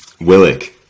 Willick